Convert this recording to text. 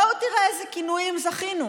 בוא תראה לאיזה כינויים זכינו: